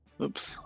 Oops